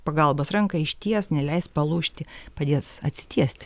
pagalbos ranką išties neleis palūžti padės atsitiesti